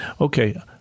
okay